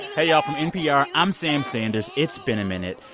hey, y'all. from npr, i'm sam sanders. it's been a minute.